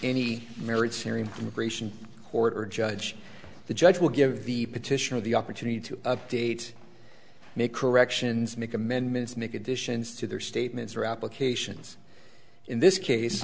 any marriage serious immigration court or judge the judge will give the petitioner the opportunity to update make corrections make amendments make additions to their statements or applications in this case